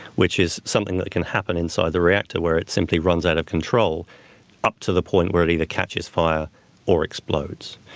which is something that can happen inside the reactor where it simply runs out of control up to the point where it either catches fire or explodes.